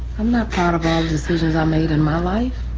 i'm not proud of all the decisions i've made in my life.